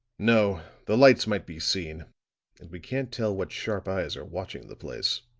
no the lights might be seen and we can't tell what sharp eyes are watching the place.